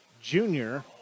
junior